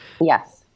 Yes